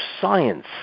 science